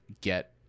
get